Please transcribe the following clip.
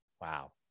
wow